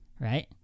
right